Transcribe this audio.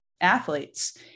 athletes